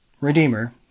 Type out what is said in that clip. Redeemer